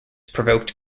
provoked